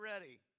ready